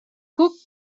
cuc